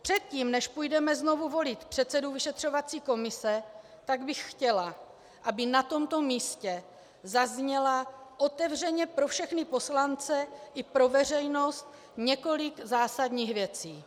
Předtím, než půjdeme znovu volit předsedu vyšetřovací komise, chtěla bych, aby na tomto místě zaznělo otevřeně pro všechny poslance i pro veřejnost několik zásadních věcí.